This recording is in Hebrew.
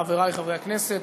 חברי חברי הכנסת,